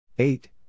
Eight